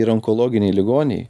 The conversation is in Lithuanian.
yra onkologiniai ligoniai